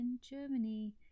Germany